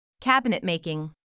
Cabinet-making